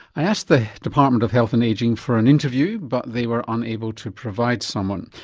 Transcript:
i asked the department of health and ageing for an interview but they were unable to provide someone.